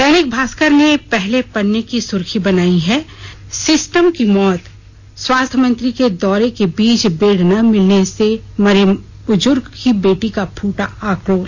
दैनिक भास्कर ने पहले पन्ने की सुर्खी बनाई है सिस्टम की मौत स्वास्थ्य मंत्री के दौरे के बीच बेड न मिल पाने से मरे बुजुर्ग की बेटी का फूटा आक्रोश